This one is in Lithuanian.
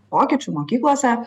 pokyčių mokyklose